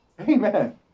Amen